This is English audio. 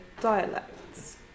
dialects